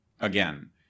again